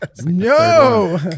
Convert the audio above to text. No